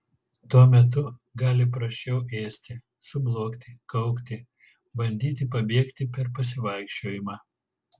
tuo metu gali prasčiau ėsti sublogti kaukti bandyti pabėgti per pasivaikščiojimą